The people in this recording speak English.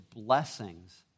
blessings